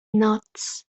noc